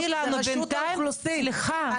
ועד העובדים רצה לבוא.